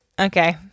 Okay